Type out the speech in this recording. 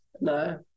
No